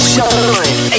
Shine